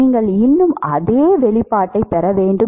நீங்கள் இன்னும் அதே வெளிப்பாட்டைப் பெற வேண்டும்